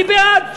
אני בעד.